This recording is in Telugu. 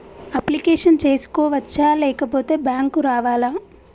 అప్లికేషన్ చేసుకోవచ్చా లేకపోతే బ్యాంకు రావాలా?